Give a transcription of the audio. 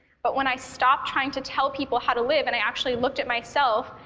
but when i stopped trying to tell people how to live, and i actually looked at myself,